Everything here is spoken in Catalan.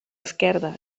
esquerda